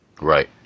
Right